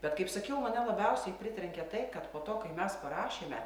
bet kaip sakiau mane labiausiai pritrenkė tai kad po to kai mes parašėme